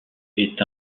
est